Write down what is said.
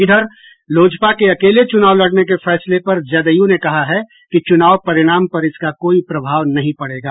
इधर लोजपा के अकेले चुनाव लड़ने के फैसले पर जदयू ने कहा है कि चुनाव परिणाम पर इसका कोई प्रभाव नहीं पड़ेगा